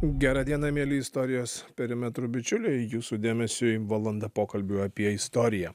gerą dieną mieli istorijos perimetrų bičiuliai jūsų dėmesiui valanda pokalbių apie istoriją